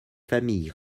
famille